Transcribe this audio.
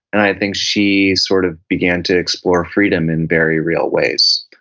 and i think she sort of began to explore freedom in very real ways,